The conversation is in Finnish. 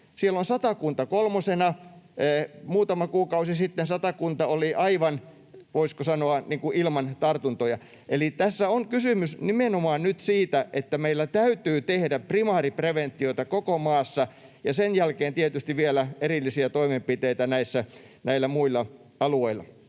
Siellä on Satakunta kolmosena — muutama kuukausi sitten Satakunta oli aivan, voisiko sanoa, ilman tartuntoja. Eli tässä on kysymys nimenomaan nyt siitä, että meillä täytyy tehdä primaaripreventiota koko maassa ja sen jälkeen tietysti vielä erillisiä toimenpiteitä näillä muilla alueilla.